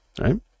Right